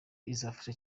izafasha